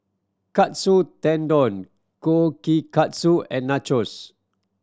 Katsu Tendon Kushikatsu and Nachos